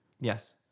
Yes